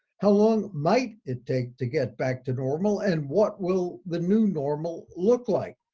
how long might it take to get back to normal and what will the new normal look like?